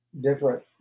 different